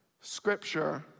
Scripture